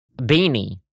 beanie